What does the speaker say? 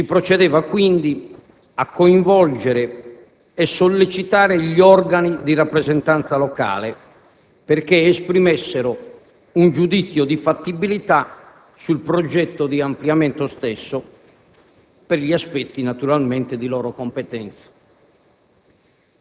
Si procedeva quindi a coinvolgere e sollecitare gli organi di rappresentanza locale, perché esprimessero un giudizio di fattibilità sul progetto di ampliamento stesso, naturalmente per gli aspetti di loro competenza.